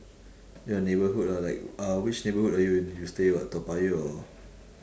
your neighbourhood ah like uh which neighborhood are you in you stay what toa payoh or